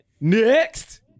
Next